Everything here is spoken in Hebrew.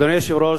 אדוני היושב-ראש,